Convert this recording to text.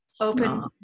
open